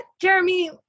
Jeremy